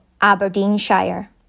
Aberdeenshire